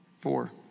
four